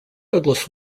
douglas